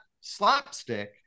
slapstick